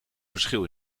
verschil